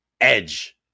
edge